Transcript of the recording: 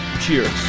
cheers